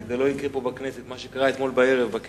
כי פה בכנסת לא יקרה מה שקרה אתמול בערב בכנס,